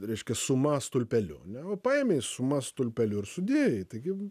reiškia suma stulpeliu ane o paėmei suma stulpeliu ir sudėjai taigi